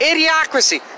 Idiocracy